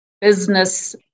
business